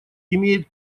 имеет